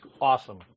awesome